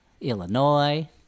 Illinois